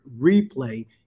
replay